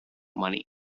money